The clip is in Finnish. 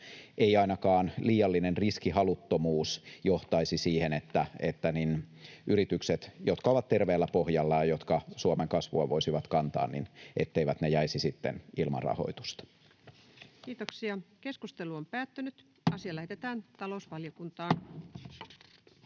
ei ainakaan liiallinen riskihaluttomuus johtaisi siihen, että yritykset, jotka ovat terveellä pohjalla ja jotka Suomen kasvua voisivat kantaa, jäisivät sitten ilman rahoitusta. Kuten aikaisemmin ilmoitin, asiakohdat 6 ja 7 ovat